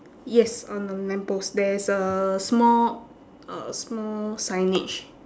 yes on the lamppost there is a small uh small signage